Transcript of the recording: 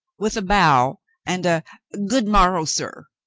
with a bow and a good morrow, sir.